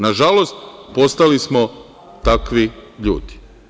Nažalost, postali smo takvi ljudi.